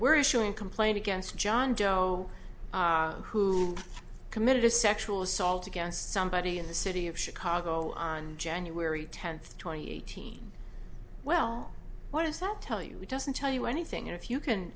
we're issuing a complaint against john doe who committed a sexual assault against somebody in the city of chicago on january tenth twenty eighteen well what does that tell you it doesn't tell you anything and if you can